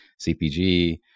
CPG